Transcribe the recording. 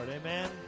Amen